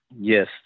Yes